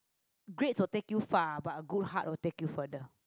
grades will take you far but a good heart will take you further